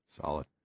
Solid